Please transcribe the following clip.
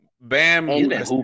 Bam